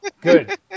good